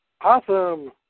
Awesome